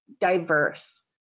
diverse